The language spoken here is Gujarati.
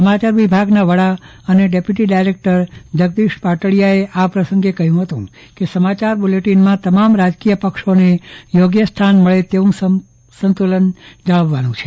સમાચાર વિભાગના વડા અને ડેપ્યુટી ડાયરેક્ટર જગદીશ પાટડીયાએ પ્રસંગે કહ્યું હતું કે સમાચાર બુલેટીનમાં તમામ રાજકીય પક્ષને યોગ્ય સ્થાન મળે તેવું સંતુલન જાળવવાનું છે